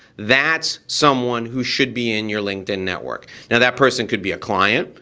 that's someone who should be in your linkedin network. now that person could be a client,